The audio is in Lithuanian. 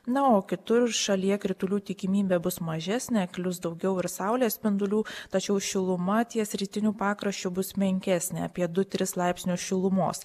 na o kitur šalyje kritulių tikimybė bus mažesnė klius daugiau ir saulės spindulių tačiau šiluma ties rytiniu pakraščiu bus menkesnė apie du tris laipsnius šilumos